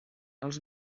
els